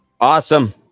Awesome